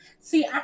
see